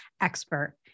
expert